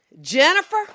Jennifer